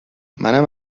منم